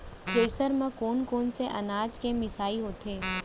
Thresher म कोन कोन से अनाज के मिसाई होथे?